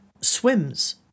swims